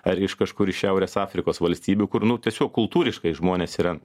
ar iš kažkur iš šiaurės afrikos valstybių kur nu tiesiog kultūriškai žmonės yra